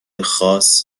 خاص